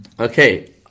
Okay